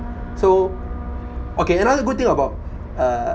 so okay another good thing about err